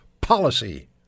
policy